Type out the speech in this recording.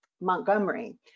Montgomery